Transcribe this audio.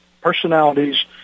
personalities